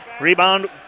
Rebound